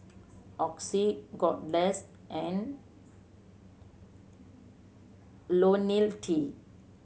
Oxy Kordel's and Ionil T